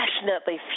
passionately